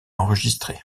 enregistré